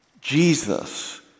Jesus